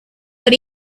but